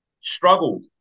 struggled